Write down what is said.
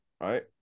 right